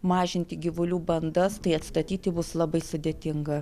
mažinti gyvulių bandas tai atstatyti bus labai sudėtinga